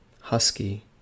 Husky